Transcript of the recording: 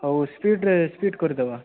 ହଉ ସ୍ପିଡ଼୍ରେ ସ୍ପିଡ୍ କରିଦେବା